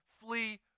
flee